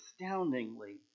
astoundingly